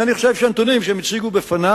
אינני חושב שהנתונים שהם הציגו בפני